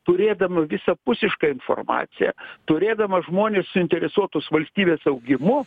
turėdama visapusišką informaciją turėdama žmonis suinteresuotus valstybės augimu